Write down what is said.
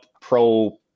pro